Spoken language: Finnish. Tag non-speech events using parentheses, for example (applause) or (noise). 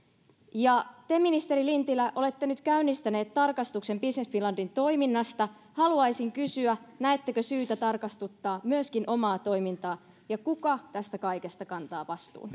ja te ministeri lintilä olette nyt käynnistäneet tarkastuksen business finlandin toiminnasta haluaisin kysyä näettekö syytä tarkastuttaa myöskin omaa toimintaanne ja kuka tästä kaikesta kantaa vastuun (unintelligible)